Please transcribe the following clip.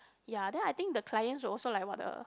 ya then I think the client also like what the